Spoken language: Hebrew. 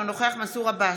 אינו נוכח מנסור עבאס,